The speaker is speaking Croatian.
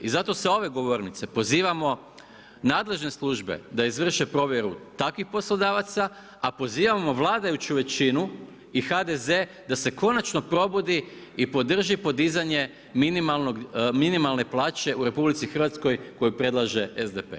I zato s ove govornice pozivamo nadležne službe da izvrše provjeru takvih poslodavaca, a pozivamo vladajuću većinu i HDZ da se konačno probudi i podrži podizanje minimalne plaće u RH koju predlaže SDP.